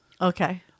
Okay